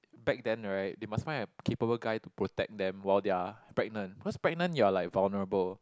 back then right they must fine a capable guy to protect them while they are pregnant because pregnant you're like vulnerable